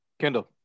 Kendall